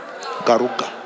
garuga